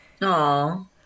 Aww